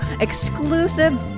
Exclusive